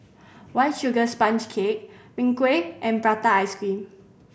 White Sugar Sponge Cake Png Kueh and prata ice cream